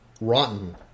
rotten